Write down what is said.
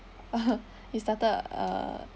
(uh huh) you started a